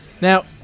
now